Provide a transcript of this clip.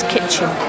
Kitchen